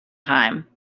time